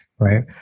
Right